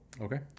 okay